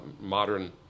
Modern